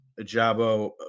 Ajabo